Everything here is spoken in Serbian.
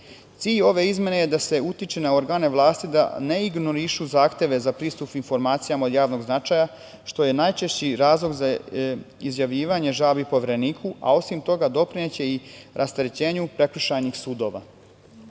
ove izmene je da se utiče na organe vlasti da ne ignorišu zahteve za pristup informacijama od javnog značaja, što je najčešći razlog za izjavljivanje žalbi Povereniku, a osim toga doprineće i rasterećenju prekršajnih sudova. Naša